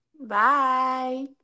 Bye